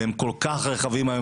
והם כל כך רחבים היום,